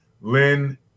Lynn